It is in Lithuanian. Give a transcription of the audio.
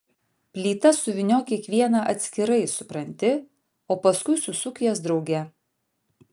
plytas suvyniok kiekvieną atskirai supranti o paskui susuk jas drauge